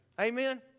Amen